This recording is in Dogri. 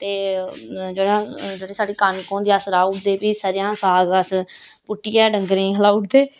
ते जुड़ै जुड़ै साढ़ी कनक होंदी अस राऊ उड़दे फ्ही सरेआं दा साग अस पुट्टियै डंगरें गी खलाऊ उड़दे